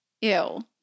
Ew